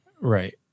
Right